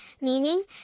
meaning